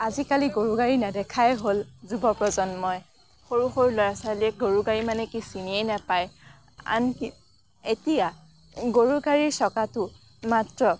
আজিকালি গৰুগাড়ী নেদেখাই হ'ল যুৱ প্ৰজন্মই সৰু সৰু ল'ৰা ছোৱালীয়ে গৰুগাড়ী মানে কি চিনিয়েই নেপায় আনকি এতিয়া গৰুগাড়ীৰ চকাটো মাত্ৰ